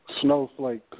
Snowflake